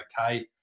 okay